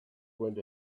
went